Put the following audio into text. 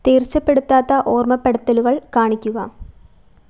തീർച്ചപ്പെടുത്താത്ത ഓർമ്മപ്പെടുത്തലുകൾ കാണിക്കുക